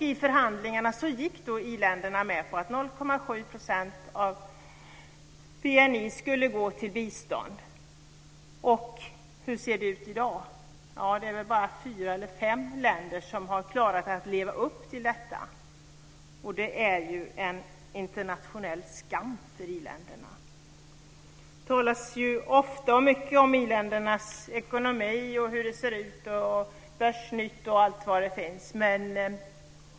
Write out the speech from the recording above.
I förhandlingarna gick i-länderna med på att 0,7 % av BNI skulle gå till bistånd. Hur ser det ut i dag? Det är väl bara fyra eller fem länder som har klarat att leva upp till detta. Det är en internationell skam för i-länderna. Det talas ofta och mycket om i-ländernas ekonomi, börsnytt osv.